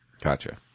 Gotcha